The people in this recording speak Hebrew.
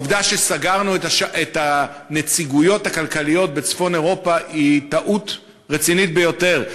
הסגירה של הנציגויות הכלכליות בצפון אירופה היא טעות רצינית ביותר.